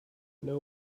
know